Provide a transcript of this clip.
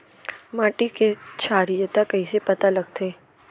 माटी के क्षारीयता कइसे पता लगथे?